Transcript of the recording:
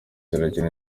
irakina